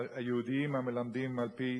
היהודיים המלמדים על-פי